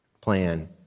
plan